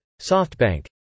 SoftBank